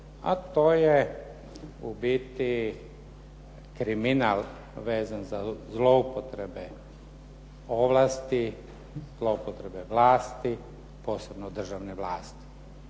a to je u biti kriminal vezan za zloupotrebe ovlasti, zloupotrebe vlasti, posebno državne vlasti.